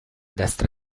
destra